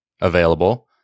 available